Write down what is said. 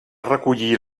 recollir